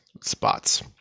spots